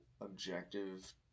objective